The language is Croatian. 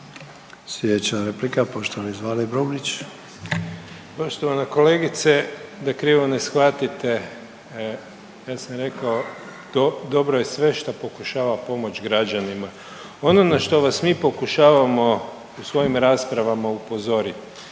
Sljedeća replika, poštovana Andreja Marić.